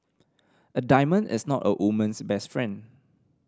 a diamond is not a woman's best friend